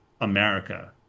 america